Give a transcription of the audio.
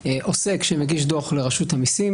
שעוסק שמגיש דוח לרשות המסים,